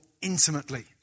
intimately